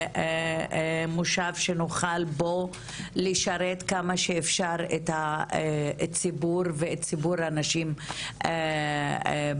מושב שנוכל לשרת בו כמה שאפשר את הציבור ואת ציבור הנשים במדינה.